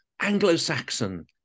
Anglo-Saxon